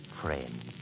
friends